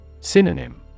Synonym